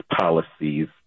policies